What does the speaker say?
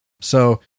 So-